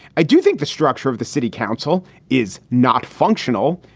i do think the structure of the city council is not functional.